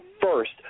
first